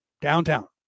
Downtown